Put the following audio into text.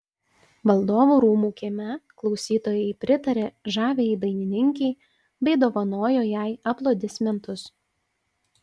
valdovų rūmų kieme klausytojai pritarė žaviajai dainininkei bei dovanojo jai aplodismentus